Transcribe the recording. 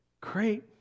Great